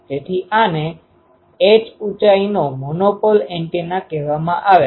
તેથી આને h ઉંચાઈનો મોનોપોલ એન્ટેના કહેવામાં આવે છે